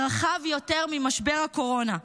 רחב יותר ממשבר הקורונה,